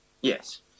Yes